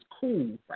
cool